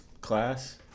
class